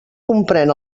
comprèn